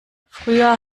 früher